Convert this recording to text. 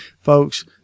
folks –